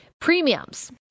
premiums